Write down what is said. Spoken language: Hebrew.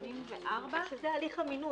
זה הליך המינוי.